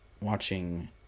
watching